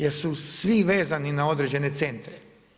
Jer su svi vezani na određene centre.